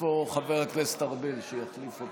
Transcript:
איפה חבר הכנסת ארבל, שיחליף אותי?